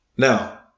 Now